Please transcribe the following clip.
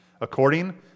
according